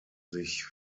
sich